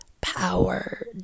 power